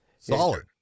Solid